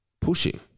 pushing